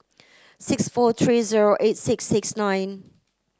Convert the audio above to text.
six four three zero eight six six nine